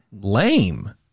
lame